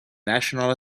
national